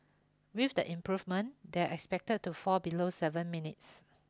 with the improvement they are expected to fall below seven minutes